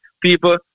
People